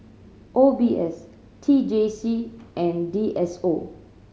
O B S T J C and D S O